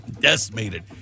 Decimated